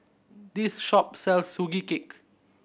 this shop sells Sugee Cake